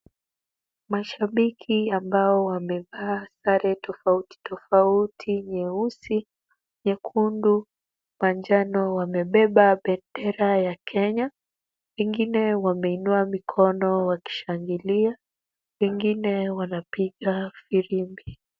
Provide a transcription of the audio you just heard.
Mashabiki ambao wamevaa sare tofauti tofauti nyeusi, nyekundu, manano wamebeba bendera ya Kenya. Wengine wameinua mikono wakishangilia. Wengine wanapiga firimbi.